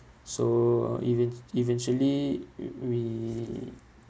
so uh even~ eventually we we